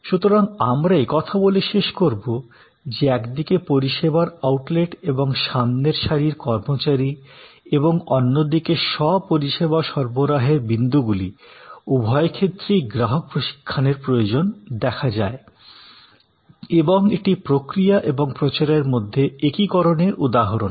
সুতরাং আমরা একথা বলে শেষ করবো যে একদিকে পরিষেবার আউটলেট এবং সামনের সারির কর্মচারী এবং অন্যদিকে স্ব পরিষেবা সরবরাহের বিন্দুগুলি উভয় ক্ষেত্রেই গ্রাহক প্রশিক্ষণের প্রয়োজন দেখা যায় এবং এটি প্রক্রিয়া এবং প্রচারের মধ্যে একীকরণের উদাহরণ